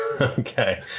Okay